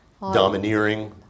Domineering